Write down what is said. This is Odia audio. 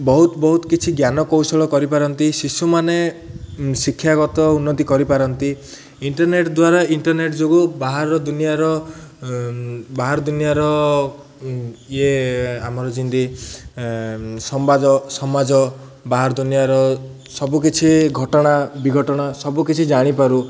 ବହୁତ ବହୁତ କିଛି ଜ୍ଞାନ କୌଶଳ କରିପାରନ୍ତି ଶିଶୁମାନେ ଶିକ୍ଷାଗତ ଉନ୍ନତି କରିପାରନ୍ତି ଇଣ୍ଟର୍ନେଟ୍ ଦ୍ୱାରା ଇଣ୍ଟର୍ନେଟ୍ ଯୋଗୁଁ ବାହାର ଦୁନିଆର ବାହାର ଦୁନିଆର ଇଏ ଆମର ଯେମିତି ସମ୍ବାଦ ସମାଜ ବାହାର ଦୁନିଆର ସବୁକିଛି ଘଟଣା ବିଘଟଣା ସବୁକିଛି ଜାଣିପାରୁ